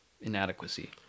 inadequacy